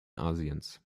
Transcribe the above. asiens